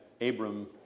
Abram